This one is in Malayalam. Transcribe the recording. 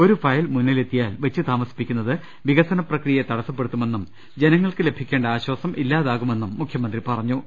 ഒരു ഫയൽ മുന്നിലെത്തിയാൽ വച്ച് താമസിപ്പിക്കുന്നത് വിക സന പ്രക്രിയയെ തടസപ്പെടുത്തുമെന്നും ജനങ്ങൾക്ക് ലഭിക്കേണ്ട ആശ്വാസം ഇല്ലാതാകുമെന്നും മുഖ്യമന്ത്രി പറഞ്ഞു